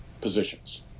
positions